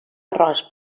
arròs